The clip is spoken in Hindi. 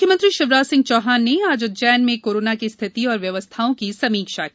मुख्यमंत्री शिवराज सिंह चौहान ने आज उज्जैन में कोरोना की स्थिति और व्यवस्थाओं की समीक्षा की